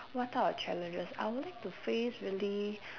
what type of challenges I would like to face really